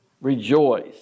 rejoice